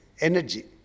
energy